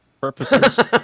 purposes